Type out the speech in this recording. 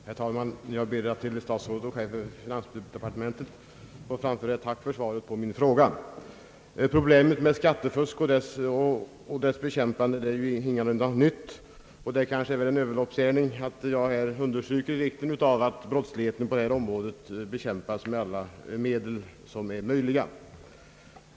Herr talman! Jag ber att till statsrådet och chefen för finansdepartemen tet få framföra ett tack för svaret på min fråga. Problemet med skattefusk och frågan om dess bekämpande är ju ingalunda något nytt, och det kanske är en överloppsgärning att jag här understryker vikten av att brottsligheten på detta område bekämpas med alla medel som är möjliga.